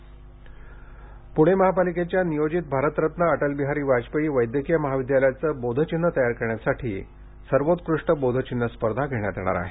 बोधचिन्ह प्णे महापालिकेच्या नियोजित भारतरत्न अटलबिहारी वाजपेयी वैदयकीय महाविदयालयाचं बोधचिन्ह तयार करण्यासाठी सर्वोत्कृष्ट बोधचिन्ह स्पर्धा घेण्यात येणार आहे